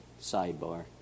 sidebar